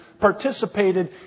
participated